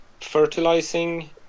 fertilizing